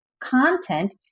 content